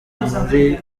muri